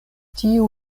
tiu